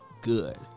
good